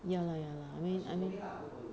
ya lah ya lah I mean I mean